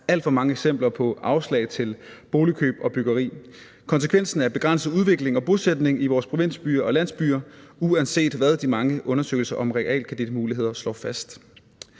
alt for mange eksempler på afslag til boligkøb og byggeri. Konsekvensen er begrænset udvikling og bosætning i vores provinsbyer og landsbyer, uanset hvad de mange undersøgelser om realkreditmuligheder slår fast.